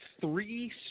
three